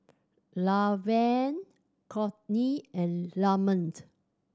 Laverne Courtney and Lamont